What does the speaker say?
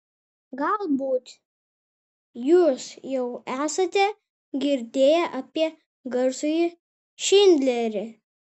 galbūt jūs jau esate girdėję apie garsųjį šindlerį